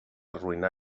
arruïnar